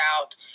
out